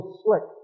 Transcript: slick